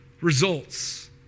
results